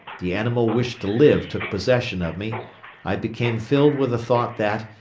the animal wish to live took possession of me i became filled with the thought that,